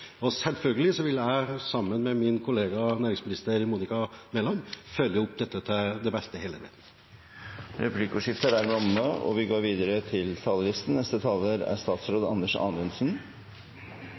Selvfølgelig vil jeg sammen med min kollega, næringsminister Monica Mæland, følge opp dette til det beste hele veien. Replikkordskiftet er omme. La meg først vise til